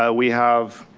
ah we have